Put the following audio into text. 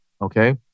okay